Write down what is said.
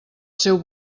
seu